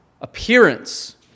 appearance